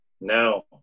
No